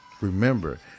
Remember